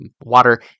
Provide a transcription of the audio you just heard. water